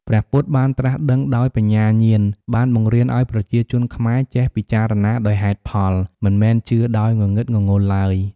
ព្រះពុទ្ធបានត្រាស់ដឹងដោយបញ្ញាញាណ បានបង្រៀនឱ្យប្រជាជនខ្មែរចេះពិចារណាដោយហេតុផល មិនមែនជឿដោយងងឹតងងុលឡើយ។